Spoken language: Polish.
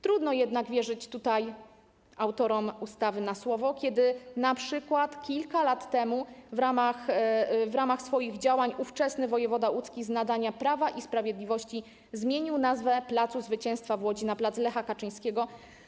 Trudno jednak wierzyć autorom ustawy na słowo, kiedy np. kilka lat temu w ramach swoich działań ówczesny wojewoda łódzki z nadania Prawa i Sprawiedliwości zmienił nazwę pl. Zwycięstwa w Łodzi na pl. Lecha Kaczyńskiego.